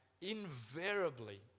invariably